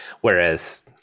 Whereas